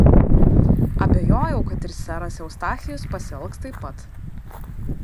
abejojau kad ir seras eustachijus pasielgs taip pat